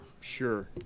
Sure